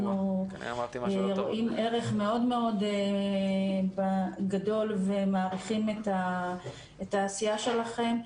אנחנו רואים ערך מאוד מאוד גדול ומעריכים את העשייה שלכם.